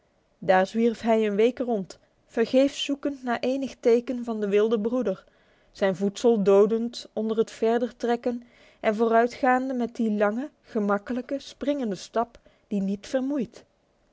daar zwierf hij een week rond vergeefs zoekend naar enig teken van den wilden broeder zijn voedsel dodend onder het verder trekken en vooruitgaande met die lange gemakkelijke springende stap die niet vermoeit